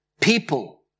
people